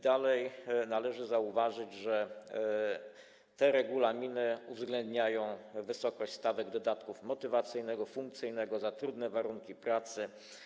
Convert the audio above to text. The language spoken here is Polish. Dalej należy zauważyć, że te regulaminy uwzględniają wysokości stawek dodatków: motywacyjnego, funkcyjnego, za trudne warunki pracy.